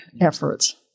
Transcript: efforts